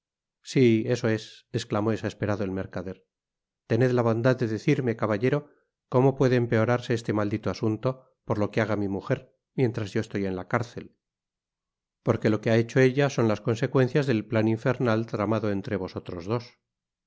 sí eso es esclamó exasperado el mercader tened la bondad de decirme caballero cómo puede empeorarse este maldito asunto por lo que haga mi mujer mientras yo estoy en la cárcel porque lo que ha hecho ella son las consecuencias del plan infernal tramado entre vosotros dos